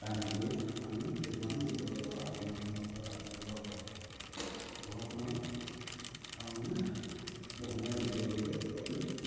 তাক বিকি আমি কিছুমান বিপদৰ পৰা সন্মুখীনৰ পৰা বাছিব পৰা হয় ঘৰখনৰ কাৰণে পোহনীয়া জীৱ জন্তু অতি